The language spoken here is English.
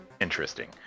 interesting